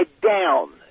down